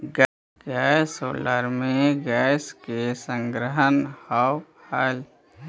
gas holder में gas के संग्रहण होवऽ हई